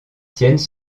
tiennent